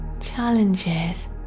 Challenges